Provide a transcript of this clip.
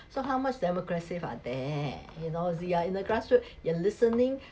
so so how much democracy are there you know if you're in the grassroot you're listening